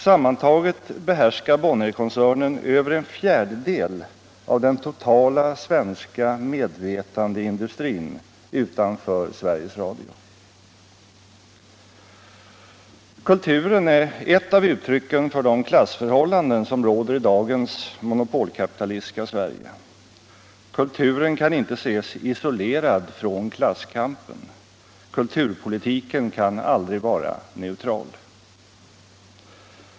Sammantaget behärskar Bonnierkoncernen över en fjärdedel av den totala svenska medvetandeindustrin utanför Sveriges Radio. Kulturen är ett av uttrycken för de klassförhållanden som råder i dagens monopolkapitalistiska Sverige. Kulturen kan inte ses isolerad från klasskampen. Kulhwurpolitiken kan aldrig vara neutral.